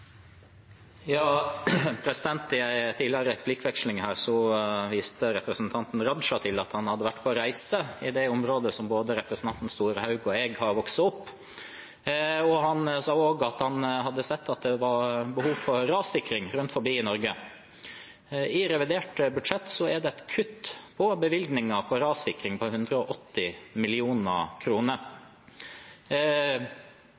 I en tidligere replikkveksling viste representanten Raja til at han hadde vært på reise i det området der både representanten Storehaug og jeg har vokst opp. Han sa også at han hadde sett at det var behov for rassikring rundt omkring i Norge. I revidert budsjett er det et kutt i bevilgningen til rassikring på 180